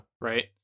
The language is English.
Right